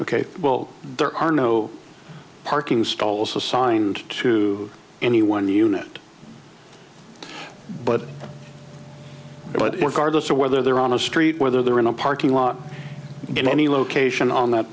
ok well there are no parking stall also signed to any one unit but it would guard us or whether they're on a street whether they're in a parking lot in any location on that